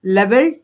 level